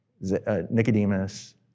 Nicodemus